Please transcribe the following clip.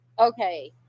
Okay